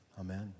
amen